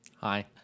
Hi